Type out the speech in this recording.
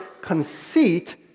conceit